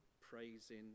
praising